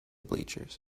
bleachers